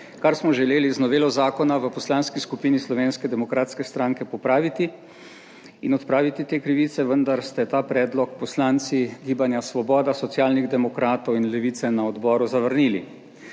kar smo želeli z novelo zakona v Poslanski skupini Slovenske demokratske stranke popraviti in odpraviti te krivice, vendar ste ta predlog poslanci Gibanja Svoboda, Socialnih demokratov in Levice na odboru zavrnili.